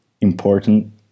important